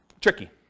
tricky